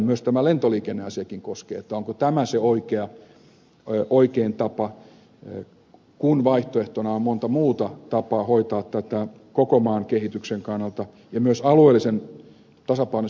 sitähän tämä lentoliikenneasiakin koskee onko tämä se oikein tapa kun vaihtoehtona on monta muuta tapaa hoitaa tätä koko maan kehityksen kannalta ja myös alueellisen tasapainoisen yhteiskuntarakenteen kannalta järkevällä tavalla